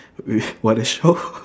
we what a shock